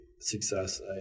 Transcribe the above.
Success